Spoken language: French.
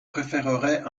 préférerais